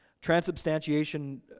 Transubstantiation